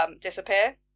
disappear